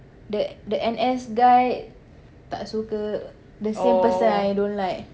the the N_S guy tak suka the same person I don't like